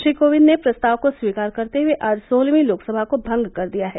श्री कोविंद ने प्रस्ताव को स्वीकार करते हये आज सोलहवीं लोकसभा को भंग कर दिया है